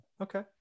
Okay